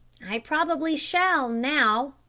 i probably shall now,